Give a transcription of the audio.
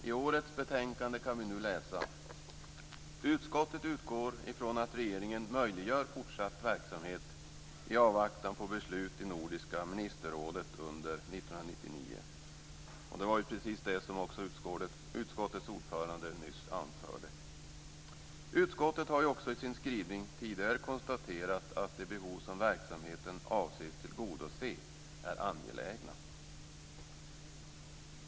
I årets betänkande kan vi nu läsa: "Utskottet utgår ifrån att regeringen möjliggör fortsatt verksamhet, i avvaktan på beslut i Nordiska ministerrådet under 1999". Det var precis det som utskottets ordförande nyss anförde. Utskottet har också i sin skrivning tidigare konstaterat att de behov som verksamheten avses tillgodose är angelägna.